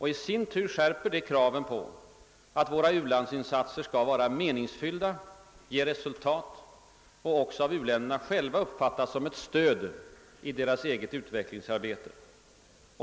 I sin tur skärper det kraven på att våra u-landsinsatser skall vara meningsfyllda och ge resultat och även av u-länderna själva uppfattas som ett stöd i deras eget utvecklingsarbete.